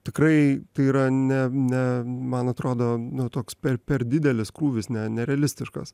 tikrai tai yra ne ne man atrodo nu toks per per didelis krūvis ne nerealistiškas